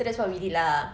so that's what we did lah